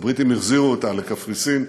הבריטים החזירו אותה לקפריסין,